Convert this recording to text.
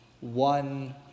one